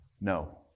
no